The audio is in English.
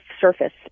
surface